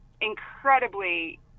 incredibly